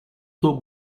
two